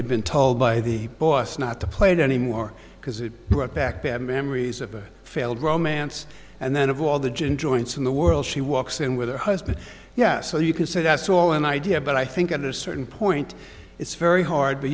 had been told by the boss not to play it anymore because it brought back bad memories of a failed romance and then of all the gin joints in the world she walks in with her husband yeah so you can say that's all an idea but i think at a certain point it's very hard but